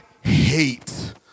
hate